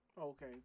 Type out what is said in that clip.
Okay